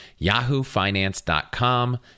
yahoofinance.com